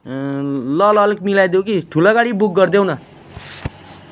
ल ल अलिक मिलाइदेऊ कि ठुला गाडी बुक गरिदेऊ न